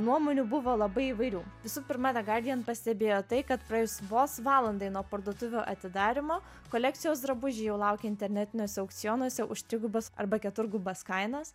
nuomonių buvo labai įvairių visų pirma the guardian pastebėjo tai kad praėjus vos valandai nuo parduotuvių atidarymo kolekcijos drabužiai jau laukė internetiniuose aukcionuose už trigubas arba keturgubas kainas